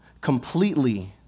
completely